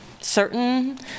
certain